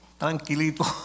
tranquilito